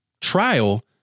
trial